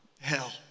hell